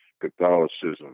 Catholicism